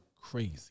crazy